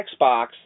Xbox